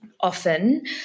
often